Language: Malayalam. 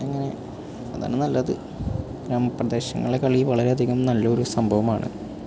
അങ്ങനെ അതാണ് നല്ലത് ഗ്രാമപ്രദേശങ്ങളിലെ കളി വളരെ അധികം നല്ല ഒരു സംഭവമാണ്